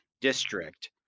district—